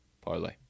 parlay